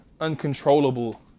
uncontrollable